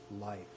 life